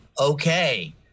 okay